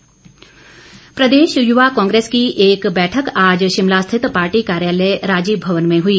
युवा कांग्रेस प्रदेश युवा कांग्रेस की एक बैठक आज शिमला स्थित पार्टी कार्यालय राजीव भवन में हुई